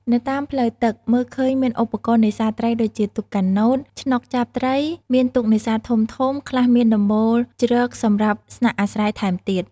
នៅតាមផ្លូវទឹក មើលឃើញមានឧបករណ៍នេសាទត្រី ដូចជា ទូកកាណូត ឆ្នុកចាប់ត្រី មានទូកនេសាទធំៗ ខ្លះមានដំបូលជ្រកសម្រាប់ស្នាក់អាស្រ័យថែមទៀត។